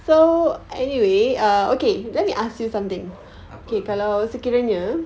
okay